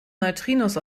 neutrinos